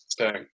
Okay